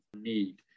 need